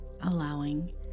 allowing